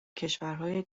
کشورهای